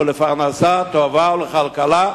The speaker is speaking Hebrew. ולפרנסה טובה ולכלכלה.